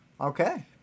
Okay